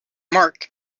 mark